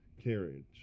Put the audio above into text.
carriage